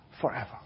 forever